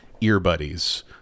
earbuddies